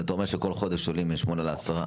ושבכל חודש עולים בין שמונה לעשרה.